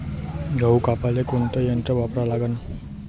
गहू कापाले कोनचं यंत्र वापराले लागन?